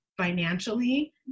financially